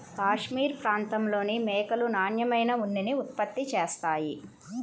cashmere ప్రాంతంలోని మేకలు నాణ్యమైన ఉన్నిని ఉత్పత్తి చేస్తాయి